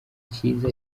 cyiza